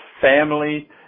family